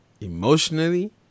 Emotionally